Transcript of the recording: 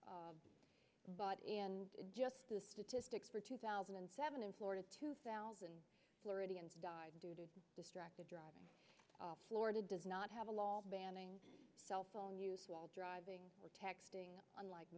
and just the statistics for two thousand and seven in florida two thousand floridians died due to distracted driving florida does not have a law banning cell phone use while driving or texting unlike